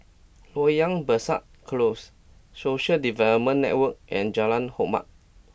Loyang Besar Close Social Development Network and Jalan Hormat